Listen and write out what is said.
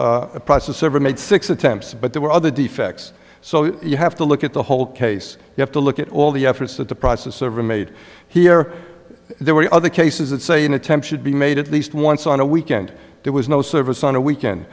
made six attempts but there were other defects so you have to look at the whole case you have to look at all the efforts that the process server made here there were other cases that say an attempt should be made at least once on a weekend there was no service on a weekend